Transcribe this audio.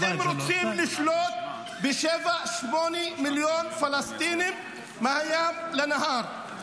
איך אתם רוצים לשלוט ב-7 8 מיליון פלסטינים מהים לנהר?